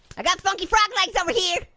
i got a funky frog legs over here.